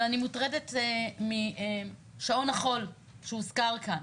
אבל אני מוטרדת משעון החול שהוזכר כאן.